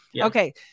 Okay